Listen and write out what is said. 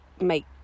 make